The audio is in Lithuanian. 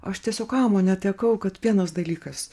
aš tiesiog amo netekau kad vienas dalykas